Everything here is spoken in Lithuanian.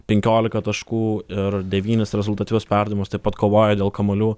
penkiolika taškų ir devynis rezultatyvius perdavimus taip pat kovoja dėl kamuolių